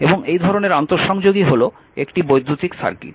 এবং এই ধরনের আন্তঃসংযোগই হল একটি বৈদ্যুতিক সার্কিট